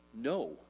No